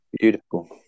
Beautiful